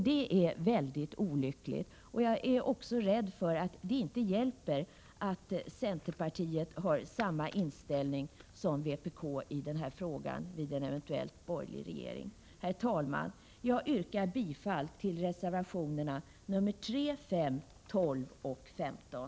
Det är väldigt olyckligt. Jag är rädd för att det vid en eventuell borgerlig regering inte hjälper att centerpartiet har samma inställning som vpk i denna fråga. Herr talman! Jag yrkar bifall till reservationerna 3, 5, 12 och 15.